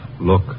look